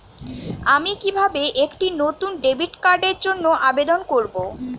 আমি কিভাবে একটি নতুন ডেবিট কার্ডের জন্য আবেদন করব?